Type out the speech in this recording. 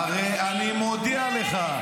הרי אני מודיע לך,